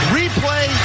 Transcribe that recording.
replay